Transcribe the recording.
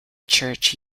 church